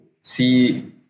see